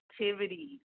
activities